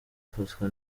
afatwa